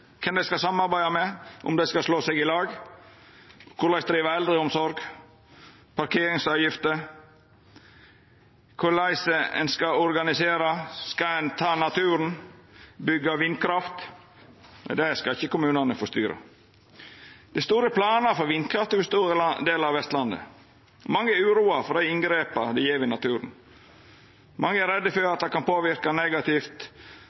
kven dei skal samarbeida med, om dei skal slå seg i lag, korleis ein skal driva eldreomsorg, parkeringsavgifter, korleis ein skal organisera, og om ein skal ta naturen og byggja vindkraft – det skal kommunane ikkje få styra. Det er store planar for vindkraft over store delar av Vestlandet. Mange er uroa for dei inngrepa det gjer i naturen. Mange er redde for